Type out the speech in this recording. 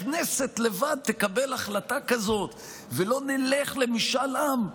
אתה אומר: איך יכול להיות שהכנסת לבד תקבל החלטה כזאת ולא נלך למשאל עם.